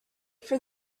for